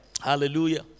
Hallelujah